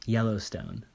Yellowstone